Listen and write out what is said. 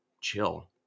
chill